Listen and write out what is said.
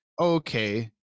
okay